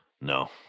No